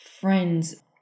friends